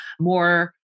more